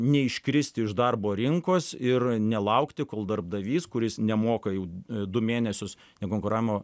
neiškristi iš darbo rinkos ir nelaukti kol darbdavys kuris nemoka jau du mėnesius nekonkuravimo